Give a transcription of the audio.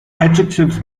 adjectives